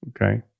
Okay